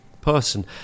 person